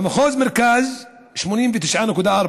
במחוז מרכז 89.4%;